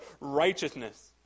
righteousness